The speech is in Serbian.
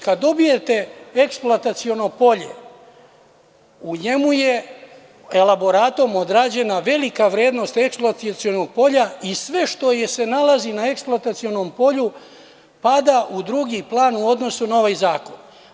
Kada dobijete eksploataciono polje u njemu je elaboratom odrađena velika vrednost eksploatacionog polja i sve što se nalazi na eksploatacionom polju pada u drugi plan u odnosu na ovaj zakon.